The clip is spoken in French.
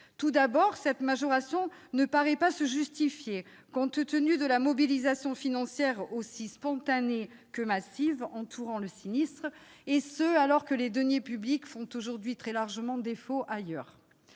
Tout d'abord, cette majoration ne paraît pas se justifier, au vu de la mobilisation financière aussi spontanée que massive qui a suivi le sinistre, alors que les deniers publics font aujourd'hui très largement défaut ailleurs.